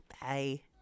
Bye